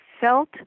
felt